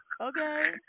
Okay